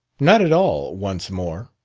not at all once more.